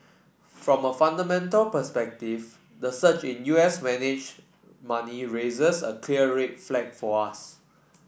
from a fundamental perspective the surge in U S managed money raises a clear red flag for us